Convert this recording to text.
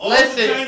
Listen